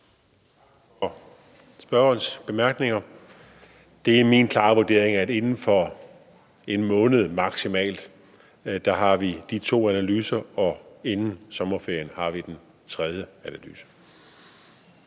for spørgerens bemærkninger. Det er min klare vurdering, at inden for maksimalt en måned har vi de to analyser, og inden sommerferien har vi den tredje analyse.